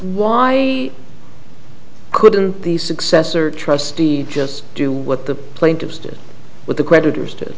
why couldn't the successor trustee just do what the plaintiffs did with the creditors did